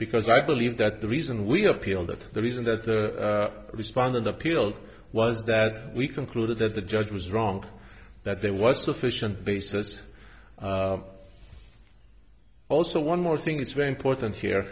because i believe that the reason we appealed that the reason that the responded appealed was that we concluded that the judge was wrong that there was sufficient basis also one more thing that's very important here